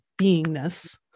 beingness